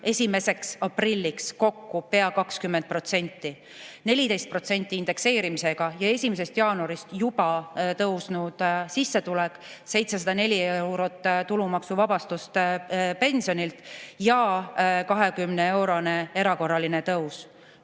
pension 1. aprilliks kokku pea 20% – 14% indekseerimisega ning 1. jaanuarist juba tõusnud sissetulek 704 eurot, tulumaksuvabastus pensionilt ja 20‑eurone erakorraline tõus.